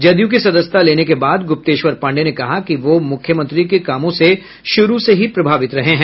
जदयू की सदस्यता लेने के बाद गुप्तेश्वर पांडये ने कहा कि वह मुख्यमंत्री के कामों से शुरू से ही प्रभावित रहे हैं